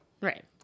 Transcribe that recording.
Right